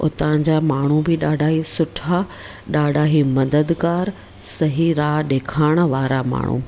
हुतां जा माण्हू बि ॾाढा ई सुठा ॾाढा ई मददगार सही राह ॾेखारणु वारा माण्हू